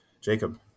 jacob